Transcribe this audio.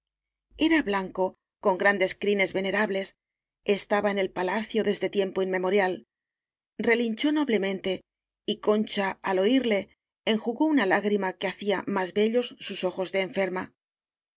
era blanco con grandes crines venerables estaba en el palacio desde tiempo inmemorial relinchó noblemente y concha al oirle enjugó una lágrima que hacía más bellos sus ojos de